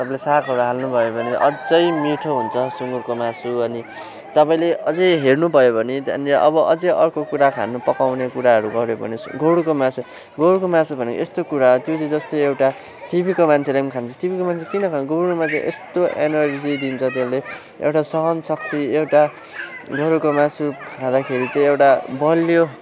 तपाईँले सागहरू हाल्नुभयो भने अझै मिठो हुन्छ सुँगुरको मासु अनि तपाईँले अझै हेर्नुभयो भने त्यहाँनिर अब अझै अर्को कुरा खानु पकाउने कुराहरू गऱ्यौँ भने सु गोरुको मासु गोरुको मासु भनेको यस्तो कुरा हो त्यो चाहिँ जस्तै एउटा टिबीको मान्छेले पनि खान्छ टिबीको मान्छेले किन खान्छ गोरुको मासु यस्तो इनर्जी दिन्छ त्यसले एउटा सहनशक्ति एउटा गोरुको मासु खाँदाखेरि चाहिँ एउटा बलियो